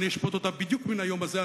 ואני אשפוט אותה בדיוק מן היום הזה,